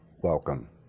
welcome